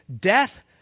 death